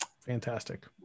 fantastic